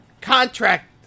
contract